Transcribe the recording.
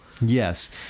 Yes